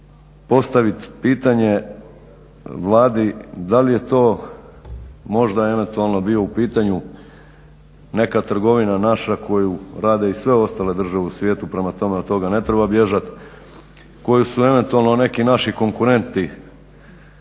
da li je to možda eventualno bio u pitanju neka trgovina naša koju rade i sve ostale države u svijetu. Prema tome od toga ne treba bježat, koje su eventualno neki naši konkurenti